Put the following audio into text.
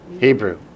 Hebrew